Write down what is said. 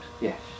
yes